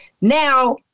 Now